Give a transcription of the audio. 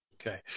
Okay